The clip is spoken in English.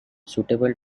suitable